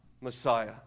Messiah